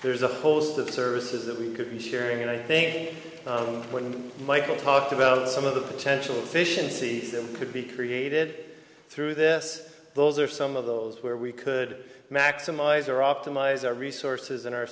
there's a host of services that we could be sharing and i think when michael talked about some of the potential efficiency could be created through this those are some of those where we could maximize our optimize our resources and our